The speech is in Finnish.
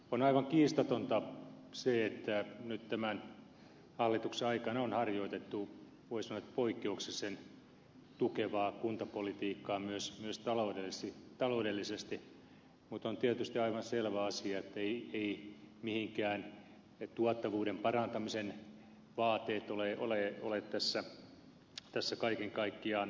on aivan kiistatonta se että nyt tämän hallituksen aikana on harjoitettu voisi sanoa poikkeuksellisen tukevaa kuntapolitiikkaa myös taloudellisesti mutta on tietysti aivan selvä asia etteivät tuottavuuden parantamisen vaateet ole tässä kaiken kaikkiaan mihinkään hävinneet